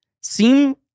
Seem